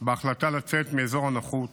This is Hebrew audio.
בהחלטה לצאת מאזור הנוחות,